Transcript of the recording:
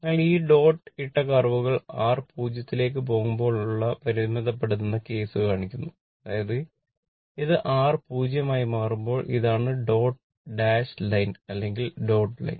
അതിനാൽ ആ ഡോട്ട് ഇട്ട കർവുകൾ R 0 ലേക്ക് പോകുമ്പോൾ ഉള്ള പരിമിതപ്പെടുത്തുന്ന കേസ് കാണിക്കുന്നു അതായത് ഇത് R 0 ആയി മാറുമ്പോൾ ഇതാണ് ഡോട്ട് ഡാഷ് ലൈൻ അല്ലെങ്കിൽ ഡോട്ട് ലൈൻ